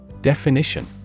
Definition